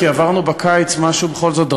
כי בכל זאת עברנו בקיץ משהו דרמטי,